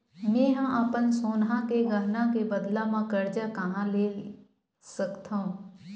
मेंहा अपन सोनहा के गहना के बदला मा कर्जा कहाँ ले सकथव?